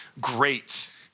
great